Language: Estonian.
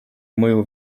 mõju